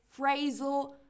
phrasal